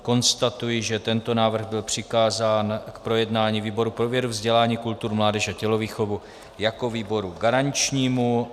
Konstatuji, že tento návrh byl přikázán k projednání výboru pro vědu, vzdělání, kulturu, mládež a tělovýchovu jako výboru garančnímu.